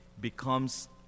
becomes